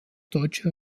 deutsche